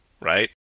right